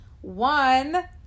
One